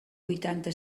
vuitanta